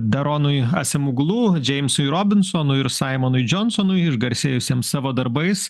daronui asemglu džeimsui robinsonui ir saimonui džionsonui išgarsėjusiems savo darbais